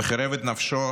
וחירף את נפשו